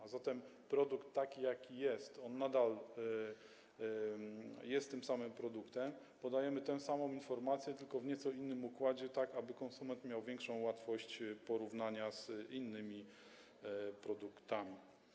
A zatem produkt, taki jaki jest, nadal jest tym samym produktem, podajemy tę samą informację, tylko w nieco innym układzie, tak aby konsument miał większą łatwość porównania z innymi produktami.